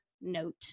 note